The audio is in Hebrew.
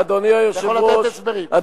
אתה יכול לתת הסברים.